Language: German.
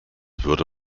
würde